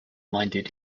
minded